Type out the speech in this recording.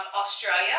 Australia